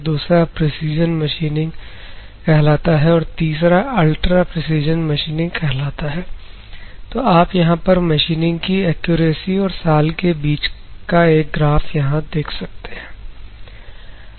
दूसरा precision machining कहलाता है और तीसरा अल्ट्रा प्रेसीजन मशीनिंग कहलाता है तो आप यहां पर मशीनिंग की एक्यूरेसी और साल के बीच का एक ग्राफ यहां देख सकते हैं